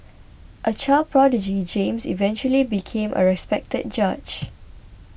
a child prodigy James eventually became a respected judge